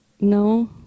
No